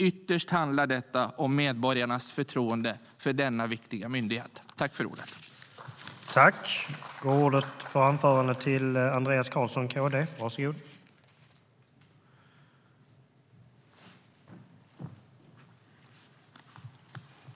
Ytterst handlar det om medborgarnas förtroende för denna viktiga myndighet.